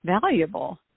valuable